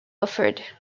offered